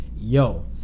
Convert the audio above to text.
yo